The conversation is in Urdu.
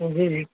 جی جی